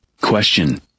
Question